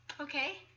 Okay